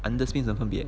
under spin 有什么分别